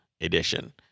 Edition